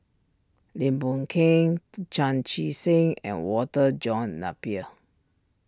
Lim Boon Keng Chan Chee Seng and Walter John Napier